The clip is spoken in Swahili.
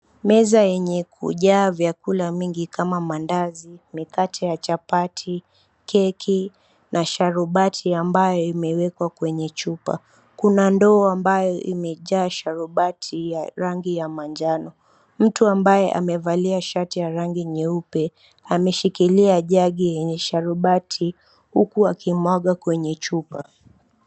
Meza yenye kujaa vyakula mingi kama maandazi, mikate ya chapati, keki na sharubati ambayo imewekwa kwenye chupa. Kuna ndoo ambayo imejaa sharubati ya rangi ya manjano. Mtu ambaye amevalia shati ya rangi nyeupe ameshikilia jagi yenye sharubati, huku akimwaga kwenye chupa.